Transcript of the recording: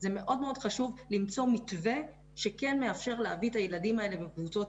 זה מאוד חשוב למצוא מתווה שכן מאפשר להביא את הילדים האלה בקבוצות